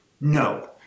No